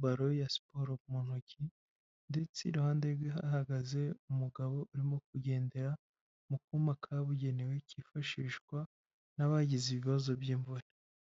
balo ya siporo mu ntoki ndetse iruhande rwe hahagaze umugabo urimo kugendera mu kuma kabugenewe kifashishwa n'abagize ibibazo by'imvura.